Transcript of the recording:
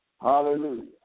Hallelujah